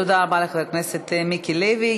תודה רבה לחבר הכנסת מיקי לוי.